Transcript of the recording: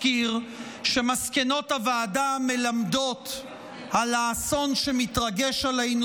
אזכיר שמסקנות הוועדה מלמדות על האסון שמתרגש עלינו